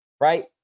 right